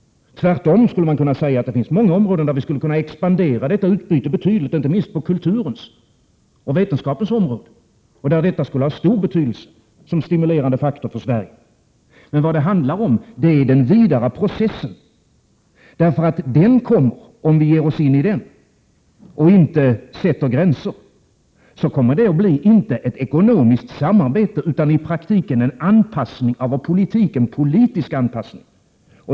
Tvärtom finns det många områden där detta utbyte skulle kunna expanderas betydligt — inte minst på kulturens och vetenskapens områden. Det skulle ha stor betydelse som stimulerande faktor för Sverige. Men framför allt handlar det om den vidare processen. Ger vi oss in i den processen och inte sätter gränser blir det inte ett ekonomiskt samarbete, utan i praktiken en politisk anpassning.